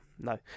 no